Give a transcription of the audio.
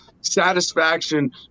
satisfaction